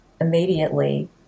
immediately